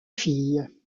fille